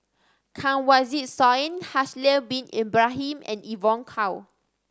Kanwaljit Soin Haslir Bin Ibrahim and Evon Kow